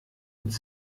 uns